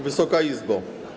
Wysoka Izbo!